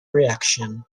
reaction